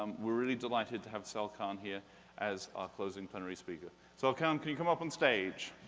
um we're really delighted to have sal khan here as ah closing plenary speaker. sal khan, can you come up on stage?